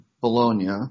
Bologna